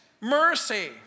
mercy